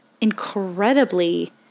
incredibly